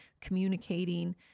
communicating